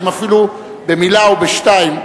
אם אפילו במלה או בשתיים,